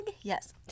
Yes